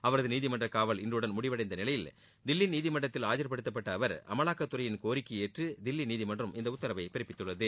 அவரது நீதிமன்ற காவல் இன்றடன் முடிவடைந்த நிலையில் தில்லி நீதிமன்றத்தில் ஆஜர்படுத்தப்டட்ட அவர் அமலாக்கத்துறையின் கோரிக்கையை ஏற்று தில்லி நீதிமன்றம் இந்த உத்தரவை பிறப்பித்துள்ளது